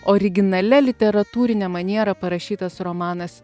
originalia literatūrine maniera parašytas romanas